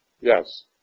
yes